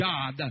God